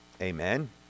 Amen